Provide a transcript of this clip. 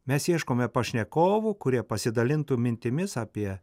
mes ieškome pašnekovų kurie pasidalintų mintimis apie